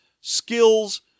skills